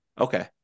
Okay